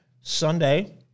Sunday